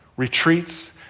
retreats